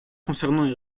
concernant